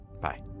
bye